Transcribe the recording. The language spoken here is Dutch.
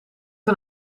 een